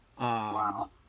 Wow